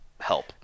help